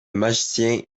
magicien